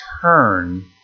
turn